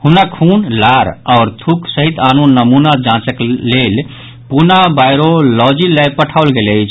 हुनक खुन लार आओर थुक सहित आनो नमूना जांचक लेल पुणा वायरोलॉजी लैब पठाओल गेल अछि